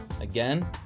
Again